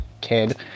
kid